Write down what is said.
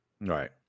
Right